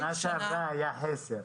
בשנה שעברה היה חסר.